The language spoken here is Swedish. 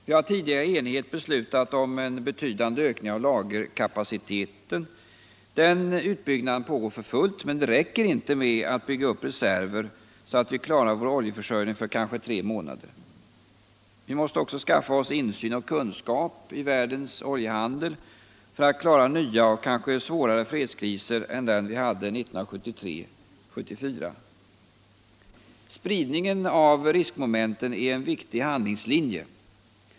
Vi har tidigare i enighet beslutat om en betydande ökning av lagerkapaciteten. Den utbyggnaden pågår för fullt. Men det räcker inte med att bygga upp reserver så att vi klarar vår oljeförsörjning kanske tre månader. Vi måste skaffa oss insyn och kunskap i världens oljehandel för att klara nya och kanske svårare fredskriser än den vi hade 1973/1974. Spridning av riskmomenten är en viktig handlingslinje.